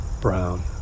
brown